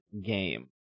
game